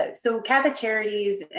ah so catholic charities,